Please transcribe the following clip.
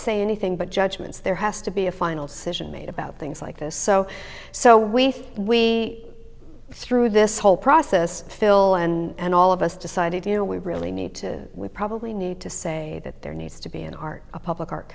say anything but judgments there has to be a final cision made about things like this so so we we thought through this whole process phil and all of us decided you know we really need to we probably need to say that there needs to be an art a public art